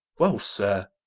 well, sir,